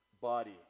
body